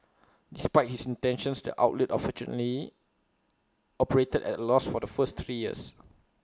despite his intentions the outlet unfortunately operated at A loss for the first three years